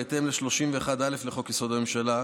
בהתאם לסעיף 31(א) לחוק-יסוד: הממשלה,